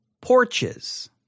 porches